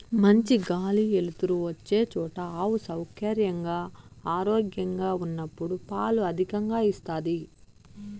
మంచి గాలి ఎలుతురు వచ్చే చోట ఆవు సౌకర్యంగా, ఆరోగ్యంగా ఉన్నప్పుడు పాలు అధికంగా ఇస్తాది